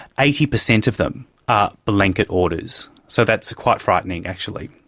eighty percent of them are blanket orders. so that's quite frightening actually.